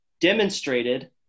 demonstrated